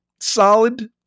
solid